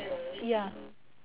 ya